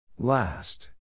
Last